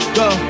go